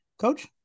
coach